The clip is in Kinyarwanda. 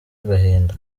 agahinda